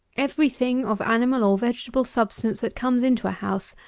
every thing of animal or vegetable substance that comes into a house,